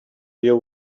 you